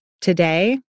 today